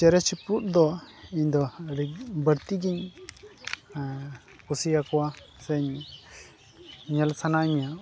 ᱪᱮᱬᱮ ᱪᱤᱯᱨᱩᱫ ᱫᱚ ᱤᱧ ᱫᱚ ᱟᱹᱰᱤ ᱵᱟᱹᱲᱛᱤ ᱜᱤᱧ ᱠᱩᱥᱤᱭᱟᱠᱚᱣᱟ ᱥᱮᱧ ᱧᱮᱞ ᱥᱟᱱᱟᱧᱟ